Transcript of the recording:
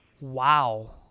Wow